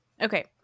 Okay